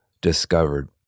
discovered